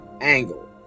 Angle